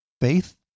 faith